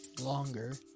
longer